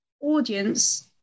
audience